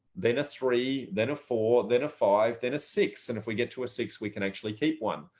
then three, then four, then a five, then a six. and if we get to a six, we can actually keep one.